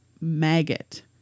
maggot